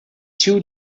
two